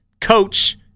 coach